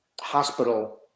hospital